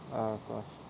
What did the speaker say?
ah closed